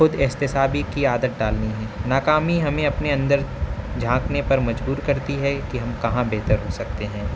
خود احتسابی کی عادت ڈالنی ہے ناکامی ہمیں اپنے اندر جھانکنے پر مجبور کرتی ہے کہ ہم کہاں بہتر ہو سکتے ہیں